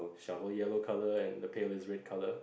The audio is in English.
shovel yellow colour and the pail is red colour